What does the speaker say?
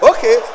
Okay